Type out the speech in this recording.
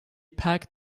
packed